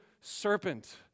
serpent